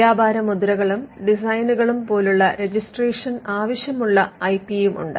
വ്യാപാരമുദ്രകളും ഡിസൈനുകളും പോലുള്ള രജിസ്ട്രേഷൻ ആവശ്യമുള്ള ഐ പി യുമുണ്ട്